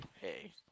hey